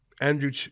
andrew